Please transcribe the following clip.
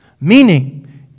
meaning